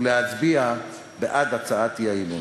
ולהצביע בעד הצעת האי-אמון.